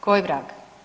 Koji vrag?